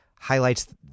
highlights